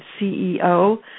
CEO